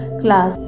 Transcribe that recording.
class